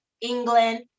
England